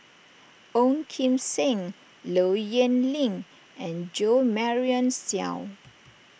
Ong Kim Seng Low Yen Ling and Jo Marion Seow